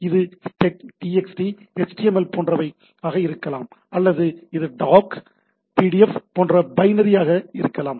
இது txt html போன்றவை ஆக இருக்கலாம் அல்லது இது doc pdf போன்ற பைனரி ஆக இருக்கலாம்